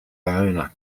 iona